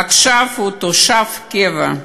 עכשיו הוא תושב קבע,